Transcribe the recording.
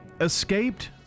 escaped